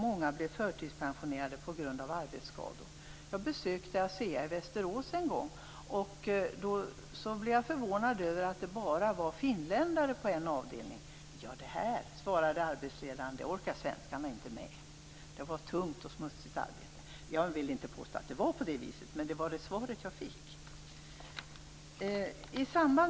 Många blev förtidspensionerade på grund av arbetsskador. Jag besökte Asea i Västerås en gång och blev förvånad över att det bara var finländare på en avdelning. "Ja, det här orkar inte svenskarna med", svarade arbetsledaren. Det var tungt och smutsigt arbete. Jag vill inte påstå att det var på det sätter, men det var det svaret jag fick.